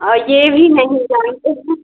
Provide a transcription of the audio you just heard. और यह भी नहीं जानते हैं